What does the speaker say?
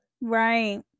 right